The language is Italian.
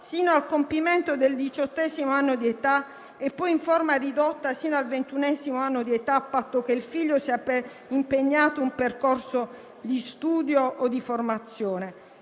fino al compimento del diciottesimo anno di età e poi in forma ridotta, fino al ventunesimo, a patto che il figlio sia impegnato in un percorso di studio o di formazione.